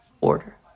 Order